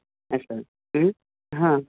असं हां